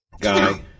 guy